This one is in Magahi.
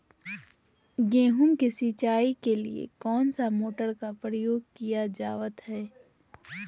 गेहूं के सिंचाई के लिए कौन सा मोटर का प्रयोग किया जावत है?